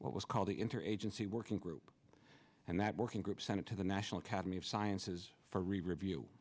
what was called the interagency working group and that working group sent it to the national academy of sciences for a review